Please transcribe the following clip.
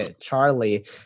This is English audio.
Charlie